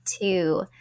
two